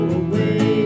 away